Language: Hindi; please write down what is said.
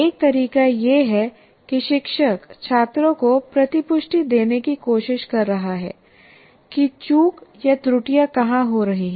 एक तरीका यह है कि शिक्षक छात्रों को प्रतिपुष्टि देने की कोशिश कर रहा है कि चूक या त्रुटियां कहां हो रही हैं